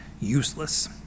useless